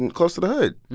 and close to the hood.